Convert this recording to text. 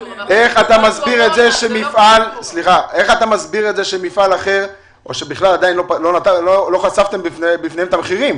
איך אתה מסביר את זה שמפעל אחר או שלא חשפתם בפניהם את המחירים